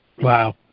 Wow